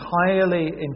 entirely